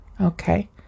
Okay